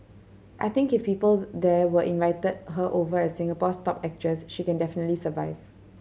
I think if people there were invited her over as Singapore's top actress she can definitely survive